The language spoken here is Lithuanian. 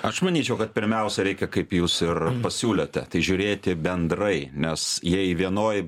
aš manyčiau kad pirmiausia reikia kaip jūs ir pasiūlėte tai žiūrėti bendrai nes jei vienoj